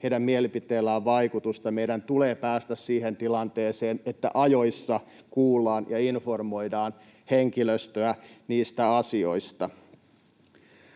heidän mielipiteillään on vaikutusta, meidän tulee päästä siihen tilanteeseen, että ajoissa kuullaan ja informoidaan henkilöstöä niistä asioista.